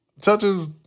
touches